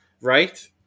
right